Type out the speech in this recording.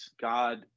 God